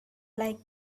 like